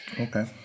Okay